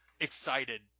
excited